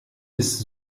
ist